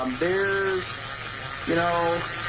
um there's you know